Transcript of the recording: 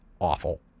awful